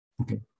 Okay